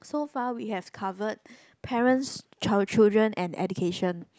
so far we've covered parent's child children and education